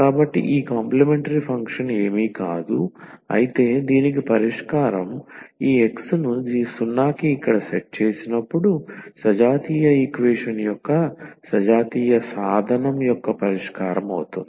కాబట్టి ఈ complementary function ఏమీ కాదు అయితే దీనికి పరిష్కారం ఈ X ను 0 కి ఇక్కడ సెట్ చేసినప్పుడు సజాతీయ ఈక్వేషన్ యొక్క సజాతీయ సాధనం యొక్క పరిష్కారం అవుతుంది